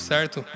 Certo